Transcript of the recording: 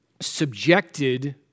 subjected